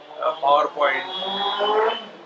PowerPoint